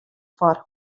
foar